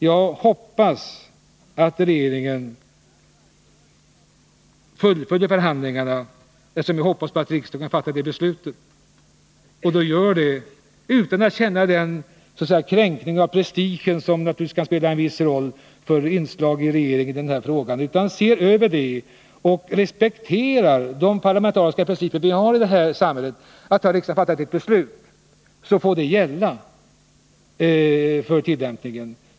Jag hoppas att regeringen fullföljer förhandlingarna, eftersom jag hoppas att riksdagen fattar det beslutet, och att regeringen gör det utan att känna att prestigen har blivit kränkt, något som naturligtvis kan spela en viss roll för regeringen i den här frågan. Jag hoppas att regeringen respekterar den parlamentariska principen i det här samhället, att har riksdagen fattat ett beslut, får det också gälla vid själva tillämpningen.